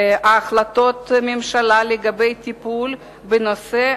החלטות ממשלה לגבי טיפול בנושא,